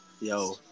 Yo